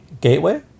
Gateway